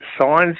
signs